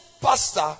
pastor